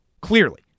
clearly